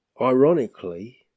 Ironically